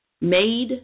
made